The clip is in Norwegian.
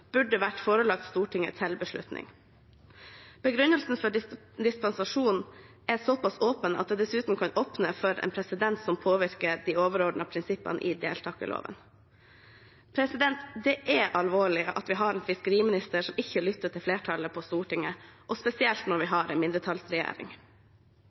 burde vært forelagt Stortinget til beslutning. Begrunnelsen for dispensasjonen er såpass åpen at det dessuten kan åpne for en presedens som påvirker de overordnede prinsippene i deltakerloven. Det er alvorlig at vi har en fiskeriminister som ikke lytter til flertallet på Stortinget – og spesielt når vi